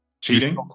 Cheating